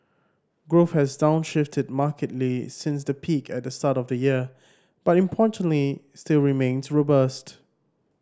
growth has downshifted markedly since the peak at the start of the year but importantly still remains robust